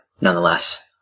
Nonetheless